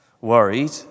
worried